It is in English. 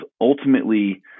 ultimately